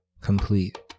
complete